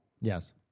Yes